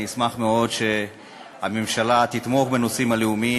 אני אשמח מאוד שהממשלה תתמוך בנושאים הלאומיים,